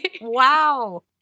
Wow